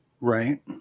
right